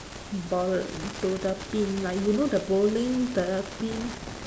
ball to the pin like you know the bowling the pin